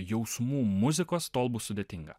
jausmų muzikos tol bus sudėtinga